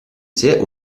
sehr